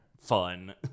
fun